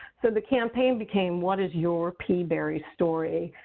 so the campaign became what is your peaberry story?